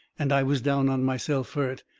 and i was down on myself fur it.